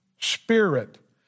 spirit